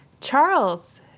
Charles